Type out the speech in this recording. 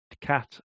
cat